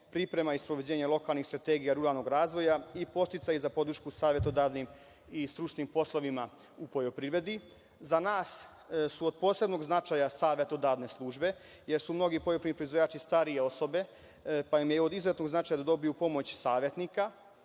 priprema i sprovođenje lokalnih strategija ruralnog razvoja i podsticaj za podršku savetodavnim i stručnim poslovima u poljoprivredi.Za nas su od posebnog značaja savetodavne službe, jer su mnogi poljoprivredni proizvođači starije osobe, pa im je od izuzetnog značaja da dobiju pomoć savetnika.